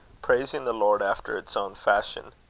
praising the lord after its own fashion.